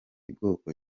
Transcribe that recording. bwoko